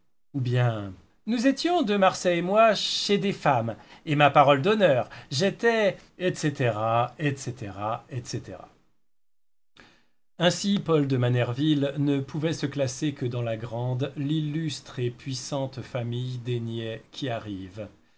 ou bien nous étions de marsay et moi chez des femmes et ma parole d'honneur j'étais etc ainsi paul de manerville ne pouvait se classer que dans la grande l'illustre et puissante famille des niais qui arrivent